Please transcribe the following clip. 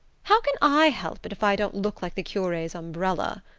how can i help it if i don't look like the cure's umbrella?